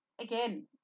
again